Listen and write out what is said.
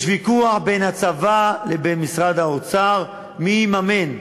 יש ויכוח בין הצבא לבין משרד האוצר מי יממן,